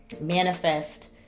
manifest